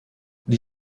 die